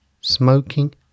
smoking